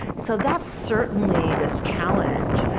so that's certainly this challenge.